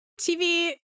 tv